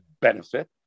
benefit